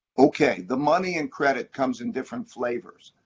ok, the money and credit comes in different flavors.